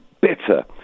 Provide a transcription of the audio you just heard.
bitter